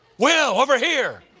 will! over here!